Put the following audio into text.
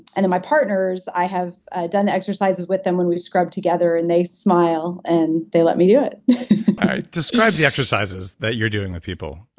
and then my partners, i have ah done the exercises with them when we scrub together, and they smile and they let me do it describe the exercises that you're doing with people.